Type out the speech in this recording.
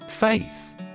Faith